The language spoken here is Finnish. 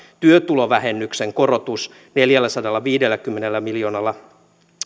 työtulovähennyksen korotus neljälläsadallaviidelläkymmenellä miljoonalla